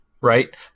Right